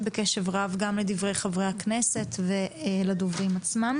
קשב רב גם לדברי חברי הכנסת וגם לדוברים האחרים.